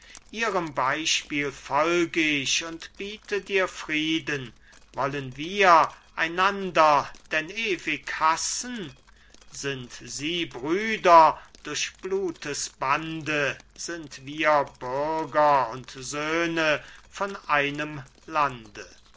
ihrem beispiel folg ich und biete dir frieden wollen wir einander denn ewig hassen sind sie brüder durch blutes bande sind wir bürger und söhne von einem lande